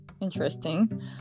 Interesting